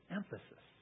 emphasis